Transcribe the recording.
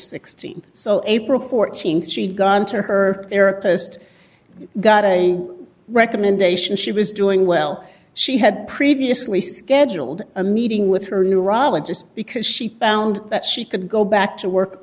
th so april th she had gone to her therapist got a recommendation she was doing well she had previously scheduled a meeting with her neurologist because she found that she could go back to work